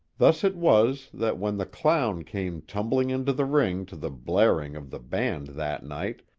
thus it was that when the clown came tumbling into the ring to the blaring of the band that night,